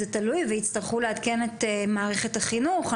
זה תלוי, יצטרכו לעדכן את מערכת החינוך.